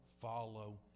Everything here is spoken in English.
follow